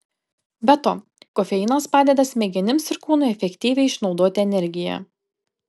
be to kofeinas padeda smegenims ir kūnui efektyviai išnaudoti energiją